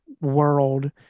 world